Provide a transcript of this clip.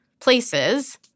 places